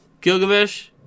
Gilgamesh